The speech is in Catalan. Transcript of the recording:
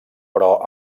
però